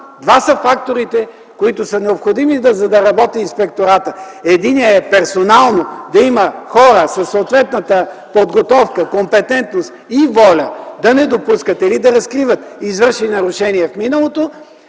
два са факторите, които са необходими, за да заработи инспектората – единият е персонално да има хора със съответната подготовка, компетентност и воля да не допускат или да разкриват извършени нарушения в миналото.